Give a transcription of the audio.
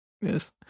Yes